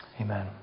Amen